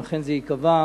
אם אכן זה ייקבע,